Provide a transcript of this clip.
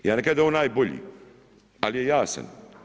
Ja ne kažem da je on najbolji, ali je jasan.